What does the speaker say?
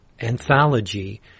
anthology